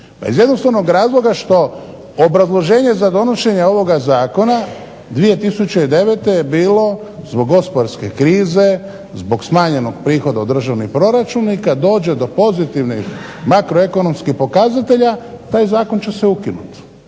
iz jednostavnog razloga što obrazloženje za donošenje ovoga zakona 2009. Je bilo zbog gospodarske krize, zbog smanjenih prihoda u državnom proračunu i kada dođe do pozitivnih makroekonomskih pokazatelja taj zakon će se ukinuti.